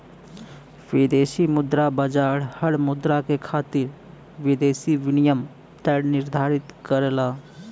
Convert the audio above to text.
विदेशी मुद्रा बाजार हर मुद्रा के खातिर विदेशी विनिमय दर निर्धारित करला